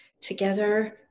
together